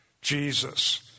Jesus